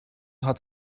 hat